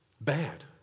bad